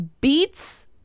beats